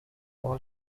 fall